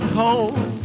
cold